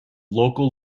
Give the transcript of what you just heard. local